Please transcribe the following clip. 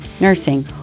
nursing